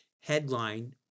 headline